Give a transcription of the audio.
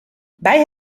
bij